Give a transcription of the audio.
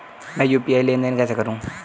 मैं यू.पी.आई लेनदेन कैसे करूँ?